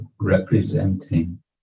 representing